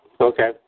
Okay